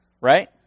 Right